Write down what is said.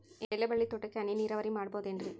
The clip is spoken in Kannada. ಎಲೆಬಳ್ಳಿ ತೋಟಕ್ಕೆ ಹನಿ ನೇರಾವರಿ ಮಾಡಬಹುದೇನ್ ರಿ?